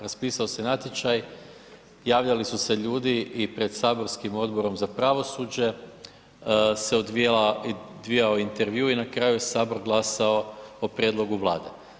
Raspisao se natječaj, javljali su se ljudi i pred saborskim Odbor za pravosuđe se odvijao intervju i na kraju je Sabor glasao po prijedlog Vlade.